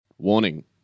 Warning